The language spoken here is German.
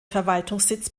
verwaltungssitz